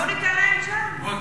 בואו ניתן להם צ'אנס.